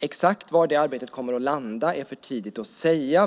Exakt var det arbetet kommer att landa är för tidigt att säga.